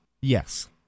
Yes